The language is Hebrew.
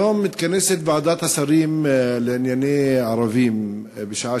היום מתכנסת ועדת השרים לענייני ערבים בשעה